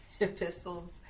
epistles